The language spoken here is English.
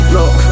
Look